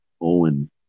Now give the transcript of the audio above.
Owen